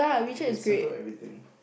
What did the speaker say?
that you can settle everything